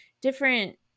different